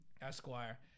Esquire